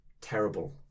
terrible